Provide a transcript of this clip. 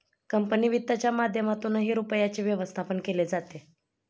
company वित्तच्या माध्यमातूनही रुपयाचे व्यवस्थापन केले जाते